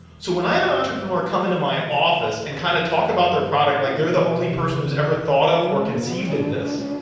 so when i have an entrepreneur come in to my office and kind of talk about their product like they're the only person who's ever thought of or conceived of this,